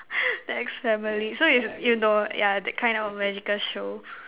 the X family so you you know that kind of magical show